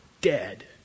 dead